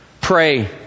Pray